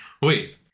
Wait